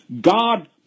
God